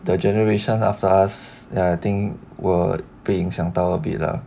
the generation after us ya I think will 被影响到 a bit lah